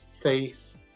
faith